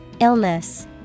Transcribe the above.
Illness